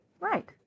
Right